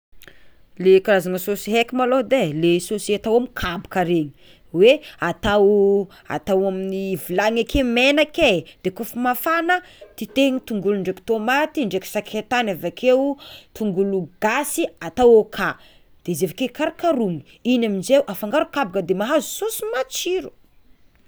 Le karazagna saosy heky malôha edy e le saosy atao amy kabaka regny hoe atao atao amin'ny vilany ake menaka e, de kôfa mafana titehiny tongolo ndraiky tômaty ndraiky sakaitany avakeo tongolo gasy atao ôka de izy avike karokaroana igny amizay afangaro kabaka de mahazo saosy matsiro.